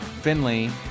Finley